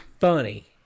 funny